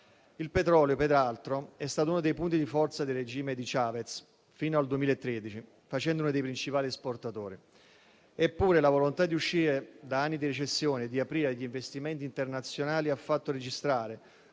Il petrolio, peraltro, è stato uno dei punti di forza del regime di Chávez fino al 2013, facendone uno dei principali esportatori. Eppure la volontà di uscire da anni di recessione e di aprire agli investimenti internazionali ha fatto registrare,